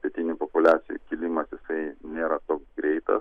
pietinių populiacijų kilimas jisai nėra toks greitas